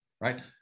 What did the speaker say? right